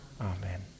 Amen